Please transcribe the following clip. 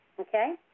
Okay